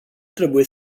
trebuie